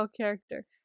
character